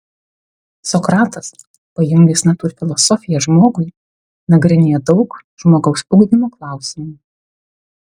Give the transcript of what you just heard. sokratas pajungęs natūrfilosofiją žmogui nagrinėjo daug žmogaus ugdymo klausimų